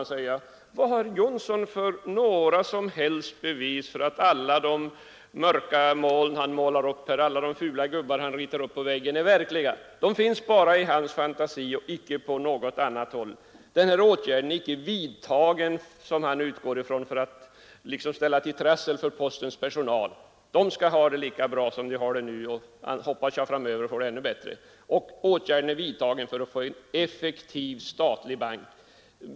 Jag vill vända på frågan: Vilka bevis har herr Jonsson för att alla de mörka moln och fula gubbar han ritar upp på väggen är verkliga? De finns bara i hans fantasi och inte på något annat håll. Den här åtgärden vidtas inte, som han utgår från, för att ställa till trassel för postens personal. De anställda skall ha det lika bra som nu och, hoppas jag, få det ännu bättre framöver. Åtgärden vidtas för att vi skall få en effektiv statlig bank.